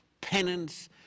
penance